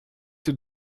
tout